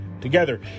together